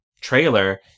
trailer